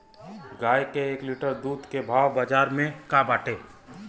गाय के एक लीटर दूध के भाव बाजार में का बाटे?